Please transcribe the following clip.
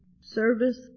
Service